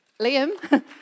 Liam